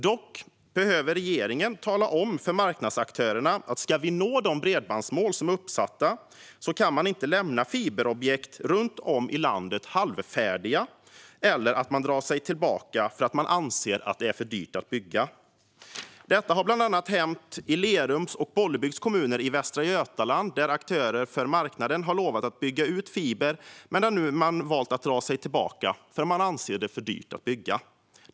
Dock behöver regeringen tala om för marknadsaktörerna att om ska vi nå de uppsatta bredbandsmålen kan man inte lämna fiberobjekt runt om i landet halvfärdiga eller dra sig ur för att man anser att det är för dyrt att bygga. Detta har hänt i bland annat Lerums och Bollebygds kommuner i Västra Götaland, där aktörer för marknaden har lovat att bygga fiber men nu valt att dra sig ur för att man anser att det blir för dyrt att bygga.